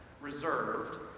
reserved